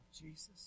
Jesus